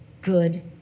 good